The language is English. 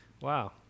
wow